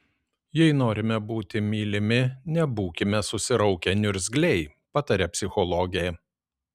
jei norime būti mylimi nebūkime susiraukę niurgzliai pataria psichologė